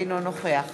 אינו נוכח